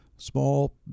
Small